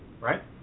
right